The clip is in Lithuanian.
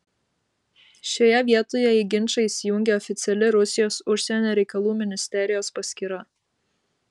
šioje vietoje į ginčą įsijungė oficiali rusijos užsienio reikalų ministerijos paskyra